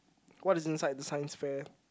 what is inside the science fair